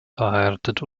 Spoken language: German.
verheiratet